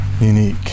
unique